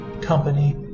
company